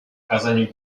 оказанию